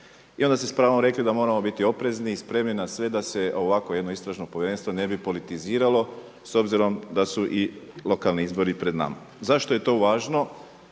i onda ste s pravom rekli da moramo biti oprezni i spremni na sve da se ovako jedno istražno povjerenstvo ne bi politiziralo s obzirom da su i lokalni izbori pred nama. Zašto je to važno?